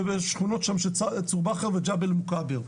שכונות צור-בכר וג'בל מוכאבר.